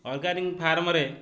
organic ଫାର୍ମରେ